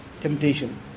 temptation